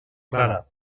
clara